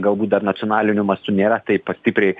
galbūt dar nacionaliniu mastu nėra taip stipriai